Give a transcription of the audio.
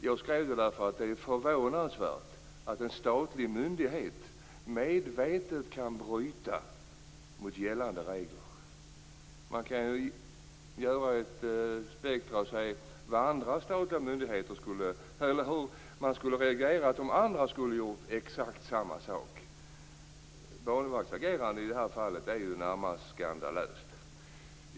Jag skrev detta därför att det är förvånansvärt att en statlig myndighet som Banverket medvetet kan bryta mot gällande regler. Vi kan göra ett spektrum och fundera över hur man skulle ha reagerat om andra statliga myndigheter hade gjort exakt samma sak. Banverkets agerande i det här fallet är ju närmast skandalöst.